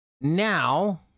Now